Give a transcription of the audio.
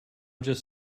just